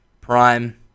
prime